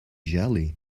jelly